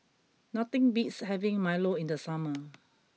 nothing beats having Milo in the summer